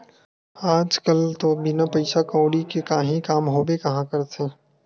आज कल तो बिना पइसा कउड़ी के काहीं काम होबे काँहा करथे